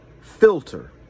filter